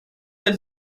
del